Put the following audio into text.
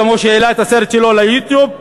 כמו שהעלה את הסרט שלו ל"יוטיוב",